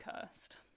cursed